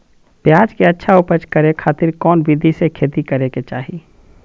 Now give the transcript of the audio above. प्याज के अच्छा उपज करे खातिर कौन विधि से खेती करे के चाही?